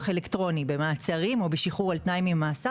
אלקטרוני במעצרים או בשחרור על תנאי ממאסר,